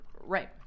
Right